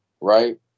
Right